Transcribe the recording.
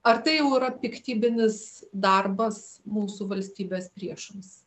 ar tai jau yra piktybinis darbas mūsų valstybės priešams